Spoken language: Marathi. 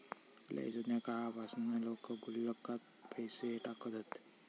लय जुन्या काळापासना लोका गुल्लकात पैसे टाकत हत